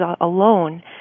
alone